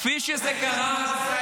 כפי שזה קרה,